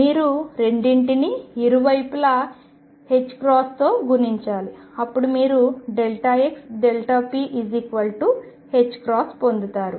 మీరు రెండింటినీ ఇరువైపులా తో గుణించాలి అప్పుడు మీరు xp పొందుతారు